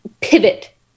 pivot